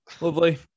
Lovely